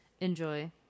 Enjoy